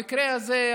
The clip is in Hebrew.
המקרה הזה,